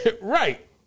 Right